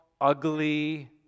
ugly